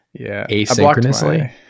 asynchronously